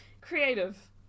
creative